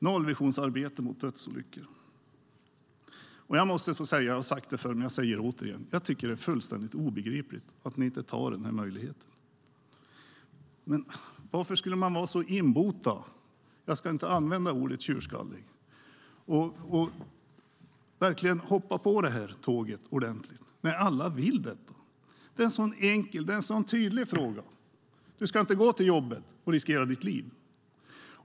Jag har sagt det förr, och jag säger det återigen: Jag tycker att det är fullständigt obegripligt att ni inte ser möjligheten. Varför är ni så urbota - jag ska inte använda ordet - tjurskalliga? Hoppa på tåget när nu alla vill detta. Det är en så enkel och tydlig fråga. Du ska inte gå till jobbet och riskera ditt liv.